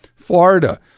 florida